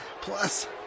Plus